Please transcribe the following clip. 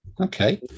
Okay